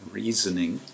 reasoning